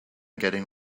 getting